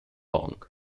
long